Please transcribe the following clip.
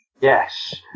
Yes